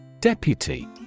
Deputy